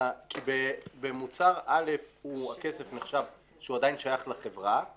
כי במוצר א' הכסף נחשב שהוא עדיין שייך לחברה,